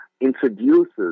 introduces